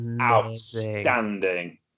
outstanding